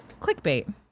Clickbait